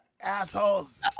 assholes